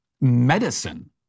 medicine